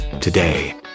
Today